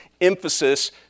emphasis